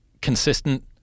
consistent